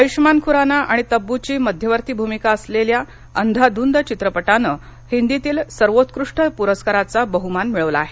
आयुष्मान खुराना आणि तब्बूची मध्यवर्ती भूमिका असलेल्या अंधाधुन चित्रपटानं हिंदीतील सर्वोत्कृष्ट पुरस्काराचा बहमान मिळवला आहे